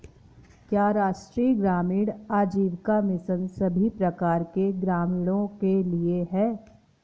क्या राष्ट्रीय ग्रामीण आजीविका मिशन सभी प्रकार के ग्रामीणों के लिए है?